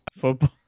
Football